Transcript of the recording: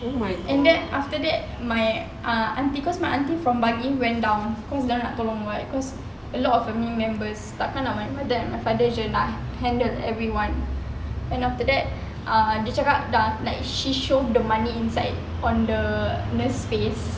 and then after that my uh aunty cause my aunty from bangi went down cause dorang nak tolong like cause a lot of family members takkan nak my dad my father jer nak handle everyone then after that uh dia cakap dah like she shove the money inside on the nurse space